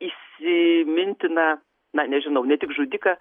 įsimintiną na nežinau ne tik žudiką